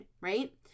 right